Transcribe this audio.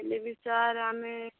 ହେଲେବି ସାର୍ ଆମେ